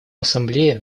ассамблея